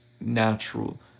natural